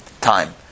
time